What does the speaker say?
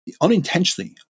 unintentionally